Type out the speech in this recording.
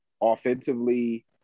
offensively